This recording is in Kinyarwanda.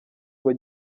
ngo